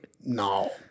No